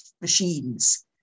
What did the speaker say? machines